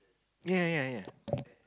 ya ya ya